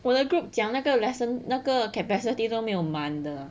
我的 group 讲那个 lesson 那个 capacity 都没有满的